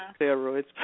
steroids